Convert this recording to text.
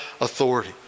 authority